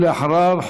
ואחריו,